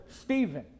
Stephen